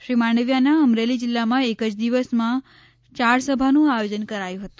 શ્રી માંડવિયાની અમરેલી જિલ્લામાં એક જ દિવસમાં ચાર સભાનું આયોજન કરાયું હતું